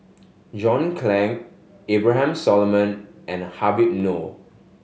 John Clang Abraham Solomon and Habib Noh